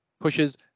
pushes